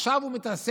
עכשיו הוא מתעסק,